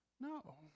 No